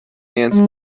ants